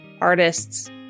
artists